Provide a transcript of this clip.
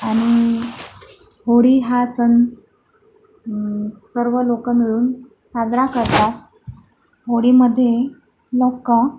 आणि होळी हा सण सर्व लोक मिळून साजरा करतात होळीमध्ये लोक